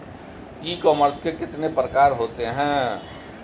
ई commerce के कितने प्रकार होते हैं?